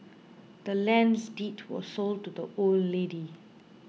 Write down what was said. the land's deed was sold to the old lady